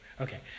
Okay